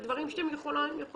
אלה דברים שאתם יכולים לדעת.